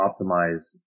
optimize